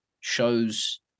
shows